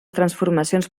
transformacions